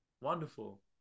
wonderful